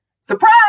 surprise